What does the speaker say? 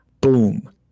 boom